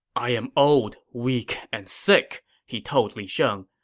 i am old, weak, and sick, he told li sheng.